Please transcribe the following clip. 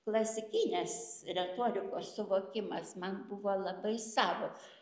klasikinės retorikos suvokimas man buvo labai savas